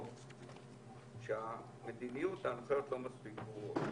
או שהמדיניות והנחיות לא מספיק ברורות.